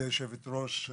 פרוייקטור הקורונה.